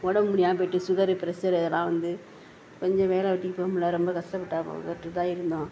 உடம்பு முடியாமல் போயிவிட்டு சுகரு பிரஸரு அதெல்லாம் வந்து கொஞ்சம் வேலை வெட்டிக்கு போக முடில்ல ரொம்ப கஷ்டப்பட்டாங்க பட்டுகிட்டு தான் இருந்தோம்